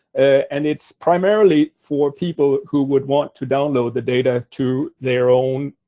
and it's primarily for people who would want to download the data to their own